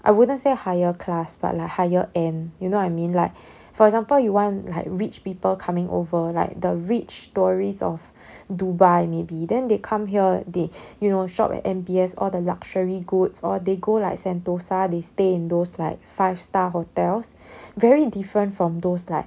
I wouldn't say higher class but like higher end you know what I mean like for example you want like rich people coming over like the rich tourists of dubai maybe then they come here they you know shop at M_B_S all the luxury goods or they go like sentosa they stay in those like five star hotels very different from those like